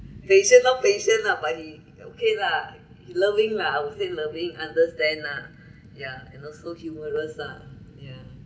patience loh patience lah but he okay lah he loving lah I would say loving understand lah and also humorous lah ya